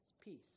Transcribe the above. Peace